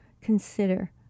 consider